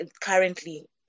currently